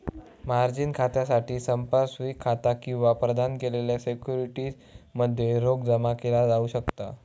margin खात्यासाठी संपार्श्विक खाता किंवा प्रदान केलेल्या सिक्युरिटीज मध्ये रोख जमा केला जाऊ शकता